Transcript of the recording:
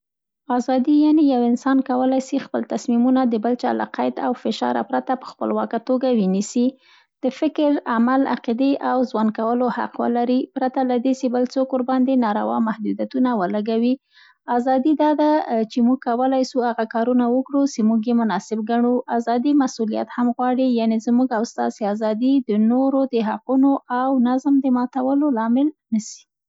آزادي یعنې یو انسان کولای سي خپل تصمیمونه د بل چا له قید او فشار پرته په خپلواکه توګه ونیسي. د فکر، عمل، عقیدې، او زوند کولو حق ولري، پرته له دې سې بل څوک ورباندې ناروا محدودیتونه ولګوي. آزادي دا ده، چې موږ کولای سو هغه کارونه وکړو، سي موږ یې مناسب ګڼو. آزادي مسولیت هم غواړي، یعنې زموږ او ستاسې آزادي د نورو د حقونو او نظم د ماتولو لامل نه سي.